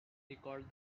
recalled